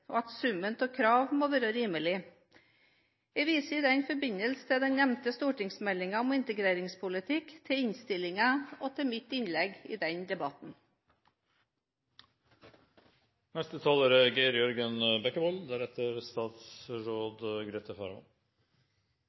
og at summen av krav må være rimelig. Jeg viser i den forbindelse til den nevnte stortingsmeldingen om integreringspolitikk, til instillingen og til mitt innlegg i den debatten. Jeg skal ikke si så veldig mye. Vi har hatt en lang integreringsdebatt før denne saken, som er